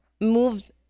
moved